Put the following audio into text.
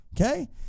Okay